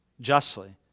justly